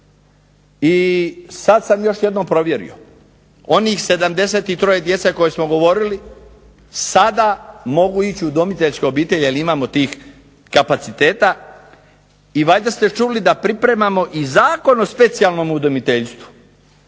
I sad sam još jednom provjerio, onih 73 djece koje smo govorili sada mogu ići u udomiteljske obitelji jer imamo tih kapaciteta i valjda ste čuli da pripremamo i Zakon o specijalnom udomiteljstvu